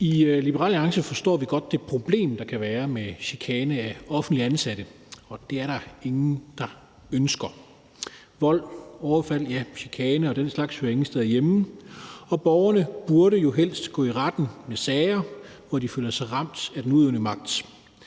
I Liberal Alliance forstår vi godt det problem, der kan være med chikane af offentligt ansatte, og det er der ingen der ønsker. Vold, overfald, chikane og den slags hører ingen steder hjemme, og borgerne burde jo helst gå i retten med sager, hvor de føler sig ramt af den udøvende magt.